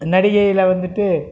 நடிகையில் வந்துட்டு